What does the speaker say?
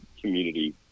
community